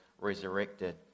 resurrected